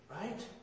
right